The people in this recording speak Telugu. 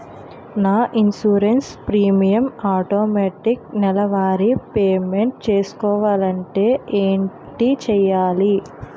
నా ఇన్సురెన్స్ ప్రీమియం ఆటోమేటిక్ నెలవారి పే మెంట్ చేసుకోవాలంటే ఏంటి చేయాలి?